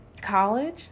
college